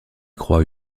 croix